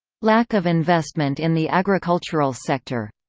lack of investment in the agricultural sector